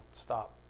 stop